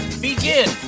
begin